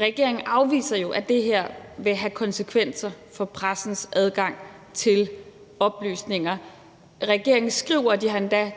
regeringen jo, at det her vil have konsekvenser for pressens adgang til oplysninger. Regeringen skriver, at de endda